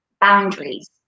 boundaries